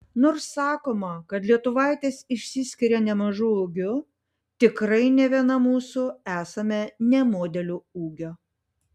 nors sakoma kad lietuvaitės išsiskiria nemažu ūgiu tikrai ne viena mūsų esame ne modelių ūgio